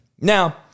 Now